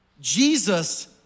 Jesus